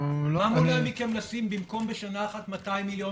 מה מונע מכם לשים במקום בשנה אחת 200 מילון,